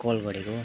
call गरेको